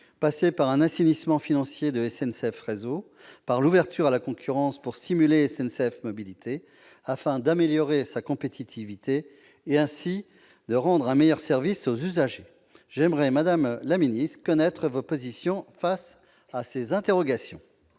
passer par un assainissement financier de SNCF Réseau et par l'ouverture à la concurrence pour stimuler SNCF Mobilités, afin d'améliorer sa compétitivité et de rendre un meilleur service aux usagers. J'aimerais, madame la ministre, connaître votre position sur ces sujets.